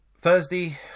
Thursday